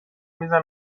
میزنه